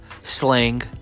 slang